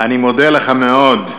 אני מודה לך מאוד.